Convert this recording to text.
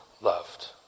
loved